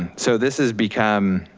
so this has become,